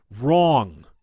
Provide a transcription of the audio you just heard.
wrong